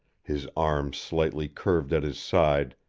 his arms slightly curved at his side,